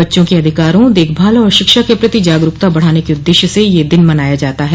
बच्चों के अधिकारों देखभाल और शिक्षा के प्रति जागरूकता बढ़ाने के उद्देश्य से यह दिन मनाया जाता है